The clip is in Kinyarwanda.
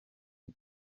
iyi